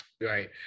Right